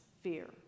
fear